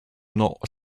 not